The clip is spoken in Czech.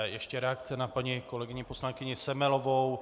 Ještě reakce na paní kolegyni poslankyni Semelovou.